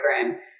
program